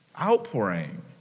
outpouring